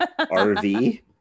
RV